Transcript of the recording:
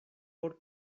por